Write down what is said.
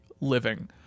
living